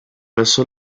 verso